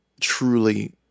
truly